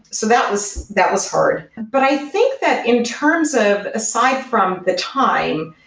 so that was that was hard. but i think that in terms of aside from the time,